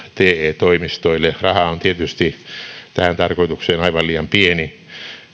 te toimistoille raha on tietysti tähän tarkoitukseen aivan liian pieni